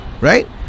Right